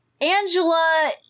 Angela